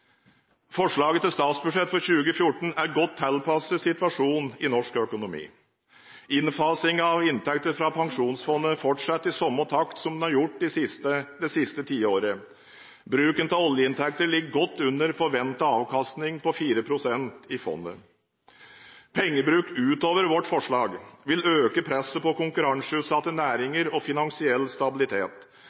Forslaget til statsbudsjett for 2014 er godt tilpasset situasjonen i norsk økonomi. Innfasingen av inntekter fra Pensjonsfondet fortsetter i samme takt som den har gjort det siste tiåret. Bruken av oljeinntekter ligger godt under forventet avkastning på 4 pst. av fondet. Pengebruk utover vårt forlag vil øke presset på konkurranseutsatte næringer og finansiell stabilitet.